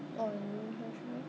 ah 可以 allow